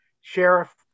sheriff